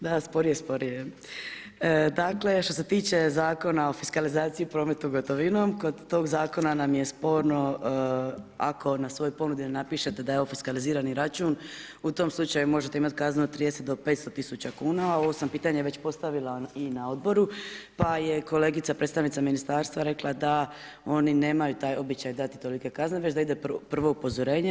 Dakle, što se tiče Zakona o fiskalizaciji i prometu gotovinom, kod tog Zakona nam je sporno ako na svojoj ponudi ne napišete da je fiskalizirani račun, u tom slučaju možete imati kaznu od 30-500 tisuća kuna, a ovo sam pitanje već postavila i na Odboru, pa je kolegica predstavnica Ministarstva rekla da oni nemaju taj običaj dati tolike kazne, već da ide prvo upozorenje.